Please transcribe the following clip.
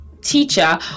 teacher